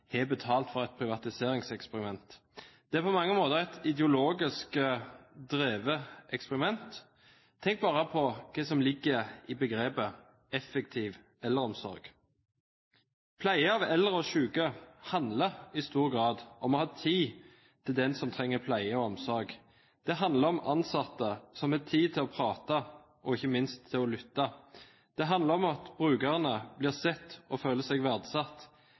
har betalt for et privatiseringseksperiment. Det er på mange måter et ideologisk drevet eksperiment. Tenk bare på hva som ligger i begrepet «effektiv eldreomsorg». Pleie av eldre og syke handler i stor grad om å ha tid til den som trenger pleie og omsorg. Det handler om ansatte som har tid til å prate og ikke minst til å lytte. Det handler om at brukeren blir sett og